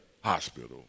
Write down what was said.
hospital